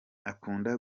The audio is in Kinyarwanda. akunda